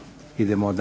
Hvala